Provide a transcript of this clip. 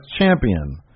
Champion